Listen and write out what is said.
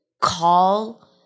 call